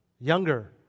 younger